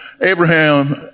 Abraham